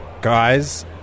Guys